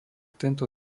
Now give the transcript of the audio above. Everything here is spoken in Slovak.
tento